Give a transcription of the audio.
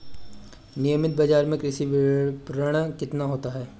नियमित बाज़ार में कृषि विपणन कितना होता है?